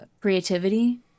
creativity